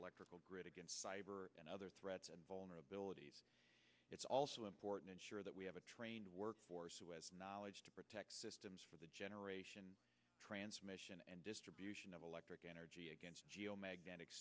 electrical grid against cyber and other threats and vulnerabilities it's also important ensure that we have a trained workforce who has knowledge to protect systems for the generation transmission and distribution of electric energy geomagnetic